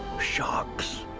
sharks.